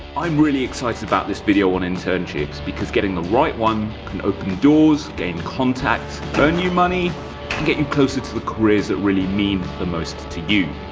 i'm really excited about this video on internships because getting the right one can open doors, gain contacts, earn you money and get you closer to the careers that really mean the most to you.